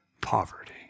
poverty